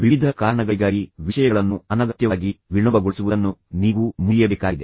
ವಿವಿಧ ಕಾರಣಗಳಿಗಾಗಿ ವಿಷಯಗಳನ್ನು ಅನಗತ್ಯವಾಗಿ ವಿಳಂಬಗೊಳಿಸುವುದನ್ನು ನೀವು ಮುರಿಯಬೇಕಾಗಿದೆ